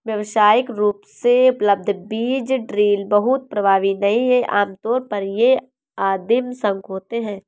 व्यावसायिक रूप से उपलब्ध बीज ड्रिल बहुत प्रभावी नहीं हैं आमतौर पर ये आदिम शंकु होते हैं